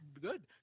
Good